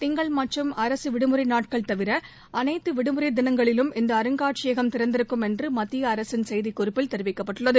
திங்கள் மற்றும் அரசு விடுமுறை நாட்கள் தவிர அளைத்து விடுமுறை தினங்களிலும் இந்த அருங்காட்சியகம் திறந்திருக்கும் என்று மத்திய அரசின் செய்திக் குறிப்பில் தெரிவிக்கப்பட்டுள்ளது